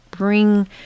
Bring